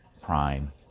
prime